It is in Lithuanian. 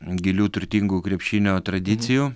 gilių turtingų krepšinio tradicijų